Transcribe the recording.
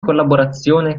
collaborazione